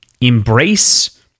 embrace